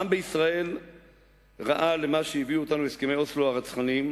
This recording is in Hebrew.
העם בישראל ראה למה הביאו אותנו הסכמי אוסלו הרצחניים,